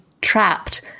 trapped